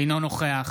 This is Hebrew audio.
אינו נוכח